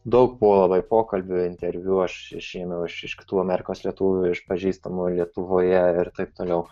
daug buvo labai pokalbių interviu aš iš ėmiau aš iš kitų amerikos lietuvių iš pažįstamų lietuvoje ir taip toliau